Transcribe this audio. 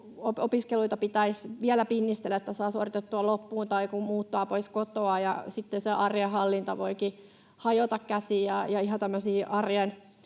opiskeluita ja pitäisi vielä pinnistellä, että saa suoritettua ne loppuun, tai kun muuttaa pois kotoa ja sitten se arjen hallinta voikin hajota käsiin.